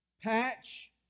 patch